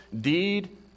deed